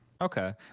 Okay